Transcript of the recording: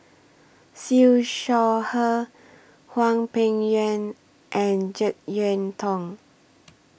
Siew Shaw Her Hwang Peng Yuan and Jek Yeun Thong